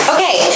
Okay